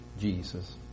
Jesus